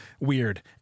Weird